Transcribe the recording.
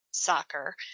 Soccer